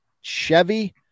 Chevy